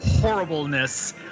horribleness